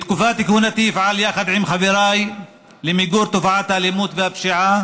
בתקופת כהונתי אפעל יחד עם חבריי למיגור תופעת האלימות והפשיעה